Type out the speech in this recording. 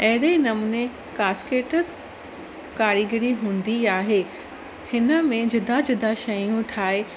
अहिड़े नमूने कास्केटस कारीगरी हूंदी आहे हिन में जुदा जुदा शयूं ठाहे